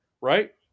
right